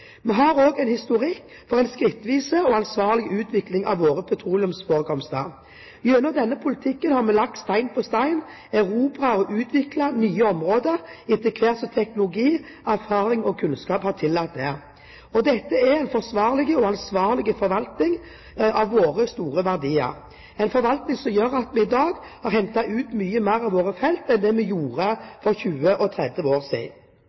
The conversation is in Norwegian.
Vi har også en historikk for en skrittvis og ansvarlig utvikling av våre petroleumsforekomster. Gjennom denne politikken har vi lagt stein på stein, erobret og utviklet nye områder etter hvert som teknologi, erfaringer og kunnskap har tillatt det. Dette er en forsvarlig og ansvarlig forvaltning av våre store verdier, en forvaltning som gjør at vi i dag henter ut mye mer av våre felt enn vi gjorde for 20–30 år